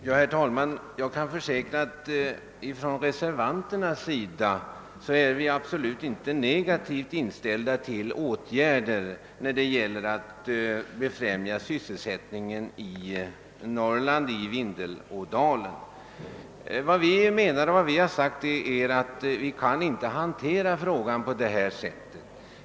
Herr talman! Jag kan försäkra att vi reservanter absolut inte är negativt inställda till åtgärder för att befrämja sysselsättningen i Vindelådalen och i Norrland över huvud taget. Däremot menar vi att man inte kan hantera frågan på det sätt som utskottsmajoriteten vill.